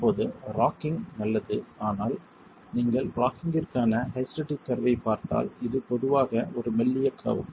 இப்போது ராக்கிங் நல்லது ஆனால் நீங்கள் ராக்கிங்கிற்கான ஹைஸ்டெரெடிக் கர்வைப் பார்த்தால் இது பொதுவாக ஒரு மெல்லிய கர்வ்